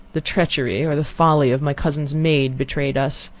the treachery, or the folly, of my cousin's maid betrayed us.